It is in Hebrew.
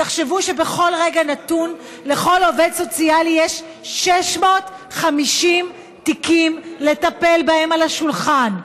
תחשבו שבכל רגע נתון לכל עובד סוציאלי יש 650 תיקים לטפל בהם על השולחן,